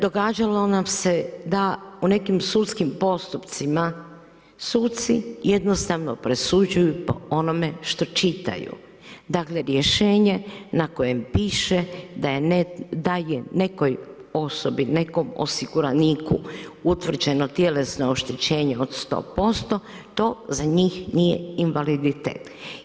Događalo nam se da u nekim sudskim postupcima suci jednostavno presuđuju po onome što čitaju, dakle rješenje na kojem piše da je nekoj osobni nekom osiguraniku utvrđeno tjelesno oštećenje od 100% to za njih nije invaliditet.